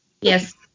Yes